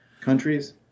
countries